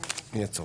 אושר.